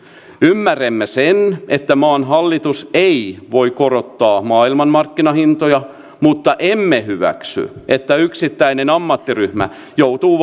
ymmärrämme sen että maan hallitus ei voi korottaa maailmanmarkkinahintoja mutta emme hyväksy että yksittäinen ammattiryhmä joutuu